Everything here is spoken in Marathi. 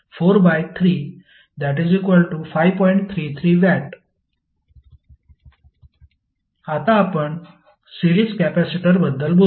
33 W आता आपण सिरीज कॅपेसिटर बद्दल बोलू